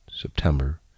September